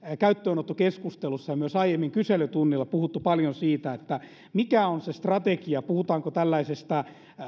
käyttöönottokeskustelussa myös aiemmin kyselytunnilla puhuttu paljon siitä mikä on se strategia puhutaanko tällaisesta